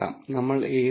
class 1 ൽ നിന്ന് 0